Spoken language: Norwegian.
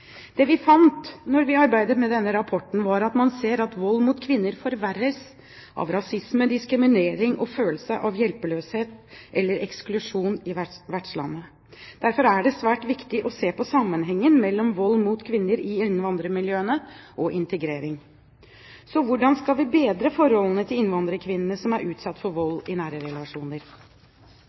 vi fant da vi arbeidet med denne rapporten, var at man ser at vold mot kvinner forverres av rasisme, diskriminering og følelsen av hjelpeløshet eller eksklusjon i vertslandet. Derfor er det svært viktig å se på sammenhengen mellom vold mot kvinner i innvandrermiljøene og integrering. Hvordan kan vi bedre forholdene til innvandrerkvinner som er utsatt for vold i